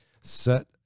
Set